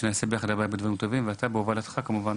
שנעשה ביחד הרבה דברים טובים ובהובלתך כמובן